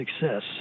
success